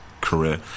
career